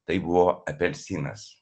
tai buvo apelsinas